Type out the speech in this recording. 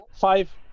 Five